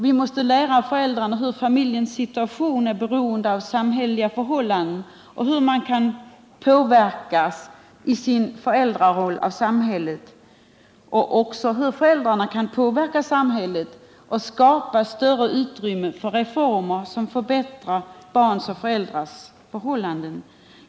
Vi måste lära föräldrarna hur familjernas situation är beroende av samhälleliga förhållanden, hur man kan påverkas i sin föräldraroll av samhället och hur föräldrarna kan påverka samhället och skapa större utrymme för reformer som kan förbättra barns och föräldrars förhållanden.